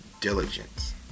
diligence